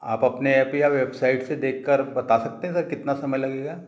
आप अपने एप या वेबसाइट से देख कर बता सकते हैं सर कितना समय लगेगा